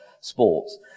sports